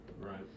Right